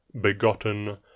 Begotten